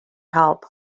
help